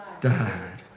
died